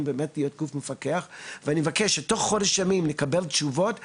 להיות גוף מפקח ואני מבקש שבתוך חודש ימים אנחנו נקבל תשובות.